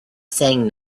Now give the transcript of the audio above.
saying